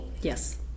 Yes